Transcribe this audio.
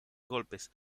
golpes